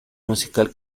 musical